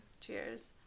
cheers